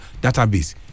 database